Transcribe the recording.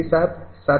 branch ક્રમાંક